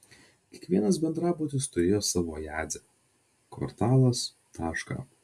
kiekvienas bendrabutis turėjo savo jadzę kvartalas tašką